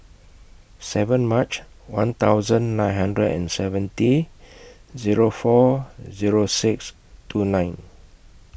seven March one thousand nine hundred and seventy Zero four Zero six two nine